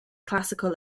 classical